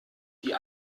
die